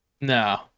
No